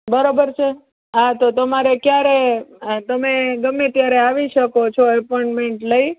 બરોબર છે હાં તો તમારે ક્યારે તમે ગમે ત્યારે આવી શકો છો એપોઇન્ટમેન્ટ લઈ